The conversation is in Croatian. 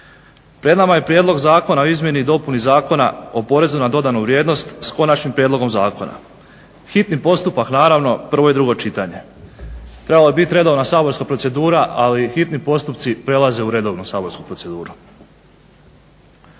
Pred nama je Prijedlog zakona o izmjeni i dopuni Zakona o PDV-u s konačnim prijedlogom zakona, hitni postupak naravno, prvo i drugo čitanje. Trebala je biti redovna saborska procedura ali hitni postupci prelaze u redovnu saborsku proceduru.